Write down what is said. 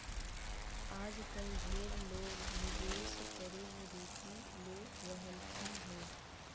आजकल ढेर लोग निवेश करे मे रुचि ले रहलखिन हें